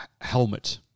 helmet